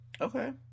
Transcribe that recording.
Okay